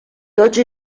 oggi